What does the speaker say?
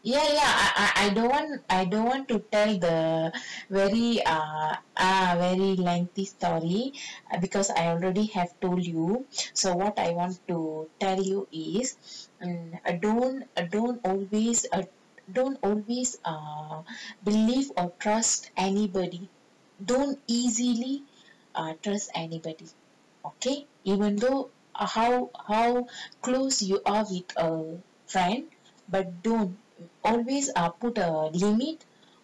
ya ya I I don't want I don't want to tell the very ah ah very lengthy story because I already have told you so what I want to tell you um err don't err don't always err don't always err believe or trust anybody don't easily err trust anybody okay even though how how close you are with a friend but don't always err put a limit